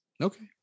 Okay